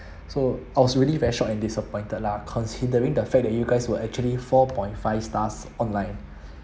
so I was really very shocked and disappointed lah considering the fact that you guys were actually four point five stars online